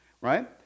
right